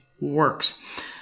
works